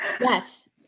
yes